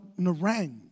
Narang